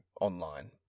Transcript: online